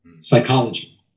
psychology